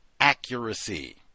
Accuracy